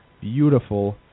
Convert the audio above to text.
beautiful